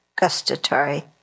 gustatory